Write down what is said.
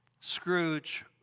Scrooge